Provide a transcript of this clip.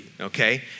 okay